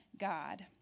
God